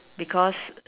because